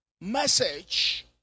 message